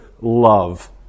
love